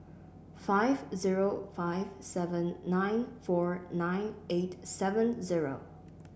five zero five seven nine four nine eight seven zero